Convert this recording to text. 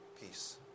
Peace